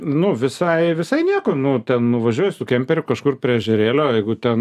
nu visai visai nieko nu ten nuvažiuoji su kemperiu kažkur prie ežerėlio jeigu ten